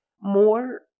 more